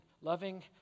Loving